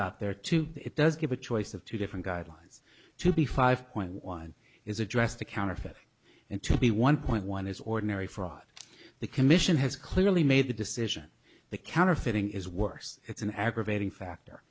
up there are two it does give a choice of two different guidelines to be five point one is addressed to counterfeit and to be one point one is ordinary fraud the commission has clearly made the decision the counterfeiting is worse it's an aggravating factor